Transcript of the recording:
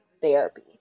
therapy